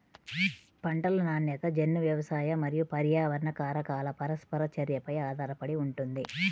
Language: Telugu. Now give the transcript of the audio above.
పంటల నాణ్యత జన్యు, వ్యవసాయ మరియు పర్యావరణ కారకాల పరస్పర చర్యపై ఆధారపడి ఉంటుంది